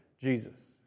Jesus